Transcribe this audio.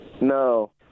No